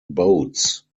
boats